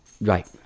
right